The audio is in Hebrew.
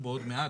כל הזמן.